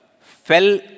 fell